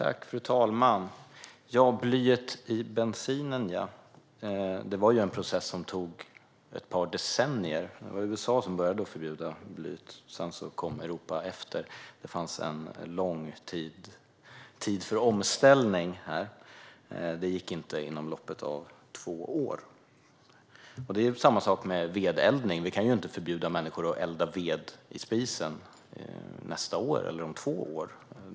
Fru talman! Blyet i bensinen var ju en process som tog ett par decennier. Det var USA som började med att förbjuda bly, och sedan kom Europa efter. Det blev en lång tid för omställning. Det gick inte inom loppet av två år. Det är samma sak med vedeldning. Vi kan inte förbjuda människor att elda med ved i spisen nästa år eller om två år.